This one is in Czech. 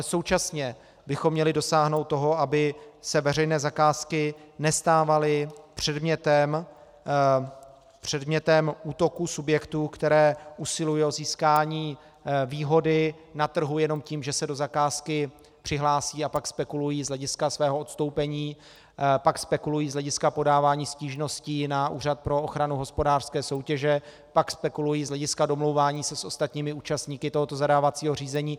Současně ale bychom měli dosáhnout toho, aby se veřejné zakázky nestávaly předmětem útoku subjektů, které usilují o získání výhody na trhu jenom tím, že se do zakázky přihlásí a pak spekulují z hlediska svého odstoupení, pak spekulují z hlediska podávání stížností na Úřad pro ochranu hospodářské soutěže, pak spekulují z hlediska domlouvání se s ostatními účastníky tohoto zadávacího řízení.